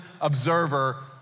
observer